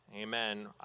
Amen